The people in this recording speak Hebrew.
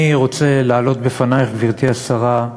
אני רוצה להעלות בפנייך, גברתי השרה,